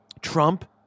Trump